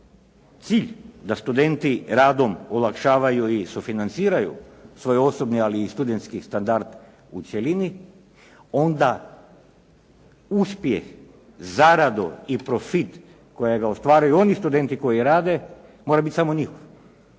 cilj da studenti radom olakšavaju i sufinanciraju svoj osobni, ali i studentski standard u cjelini, onda uspjeh, zaradu i profit kojega ostvaruju oni studenti koji rade mora biti samo njihov